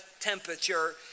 temperature